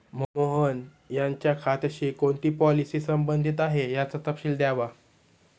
मोहन यांच्या खात्याशी कोणती पॉलिसी संबंधित आहे, याचा तपशील द्यावा